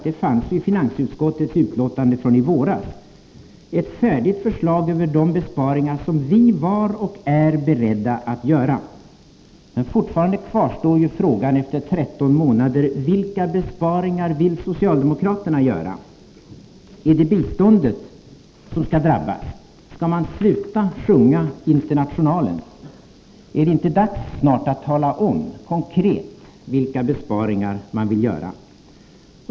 Den fanns i finansutskottets betänkande från i våras. Ett färdigt förslag över de besparingar som vi var och är beredda att göra. Fortfarande, efter 13 månader, kvarstår frågan: Vilka besparingar vill socialdemokraterna göra? Är det biståndet som skall drabbas; skall man sluta sjunga Internationalen? Är det inte dags snart att tala om konkret vilka besparingar man vill göra?